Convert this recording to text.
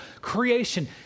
creation